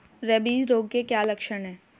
Rabies रोग के क्या लक्षण है?